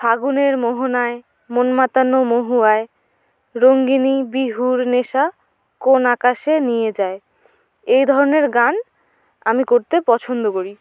ফাগুনের মোহনায় মন মাতানো মহুয়ায় রঙ্গিণী বিহুর নেশা কোন আকাশে নিয়ে যায় এই ধরনের গান আমি করতে পছন্দ করি